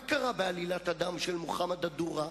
מה קרה בעלילת הדם של מוחמד א-דורה?